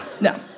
No